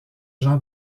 jean